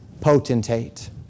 potentate